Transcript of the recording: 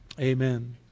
Amen